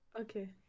Okay